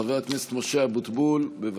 חבר הכנסת משה אבוטבול, בבקשה.